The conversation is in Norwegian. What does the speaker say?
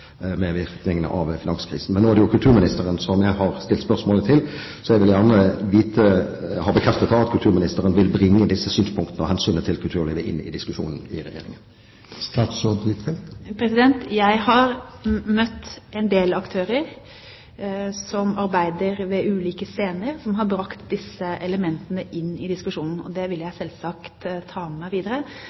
med virkningene av finanskrisen. Men nå er det jo kulturministeren jeg har stilt spørsmålet til, så jeg vil gjerne ha bekreftet at kulturministeren vil bringe disse synspunktene og hensynet til kulturlivet inn i diskusjonen i Regjeringen. Jeg har møtt en del aktører som arbeider ved ulike scener, som har brakt disse elementene inn i diskusjonen, og dette vil jeg selvsagt ta med meg videre.